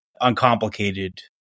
uncomplicated